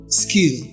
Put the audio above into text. skill